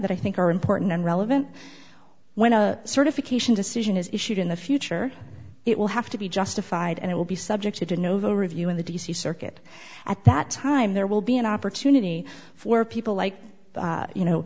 that i think are important and relevant when a certification decision is issued in the future it will have to be justified and it will be subjected to novo review in the d c circuit at that time there will be an opportunity for people like you know